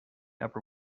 upper